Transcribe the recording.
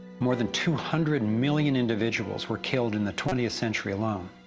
more than two hundred and million individuals were killed in the twentieth century alone.